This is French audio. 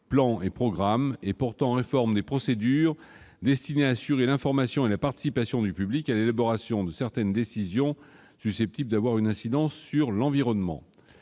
du 3 août 2016 portant réforme des procédures destinées à assurer l'information et la participation du public à l'élaboration de certaines décisions susceptibles d'avoir une incidence sur l'environnement